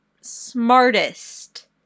smartest